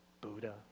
Buddha